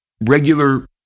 regular